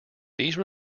these